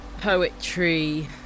poetry